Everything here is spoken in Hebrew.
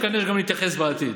וכנראה שגם נתייחס בעתיד.